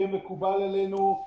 יהיה מקובל עלינו.